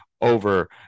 over